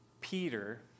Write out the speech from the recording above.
Peter